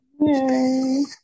Yay